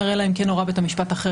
לכולם כבר ברור במתן ההודעה מה